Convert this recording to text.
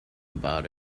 about